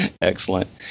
Excellent